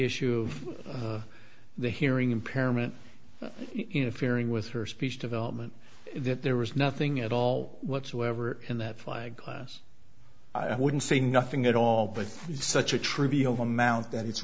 issue of the hearing impairment you know fearing with her speech development that there was nothing at all whatsoever in that flag i wouldn't say nothing at all but it's such a trivial amount that it's